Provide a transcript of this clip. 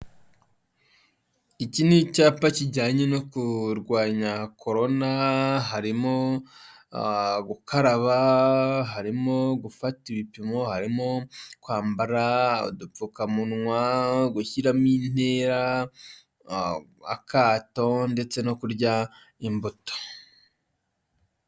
Iki ni icyapa kijyanye no kurwanya korona harimo gukaraba, harimo gufata ibipimo, harimo kwambara udupfuka munwa, gushyiramo intera, akato, ndetse no kurya imbuto.